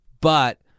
But-